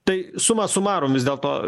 tai suma sumarum vis dėlto